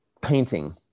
painting